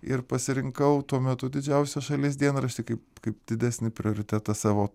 ir pasirinkau tuo metu didžiausią šalies dienraštį kaip kaip didesnį prioritetą savo